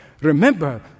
remember